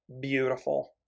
beautiful